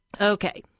Okay